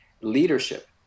Leadership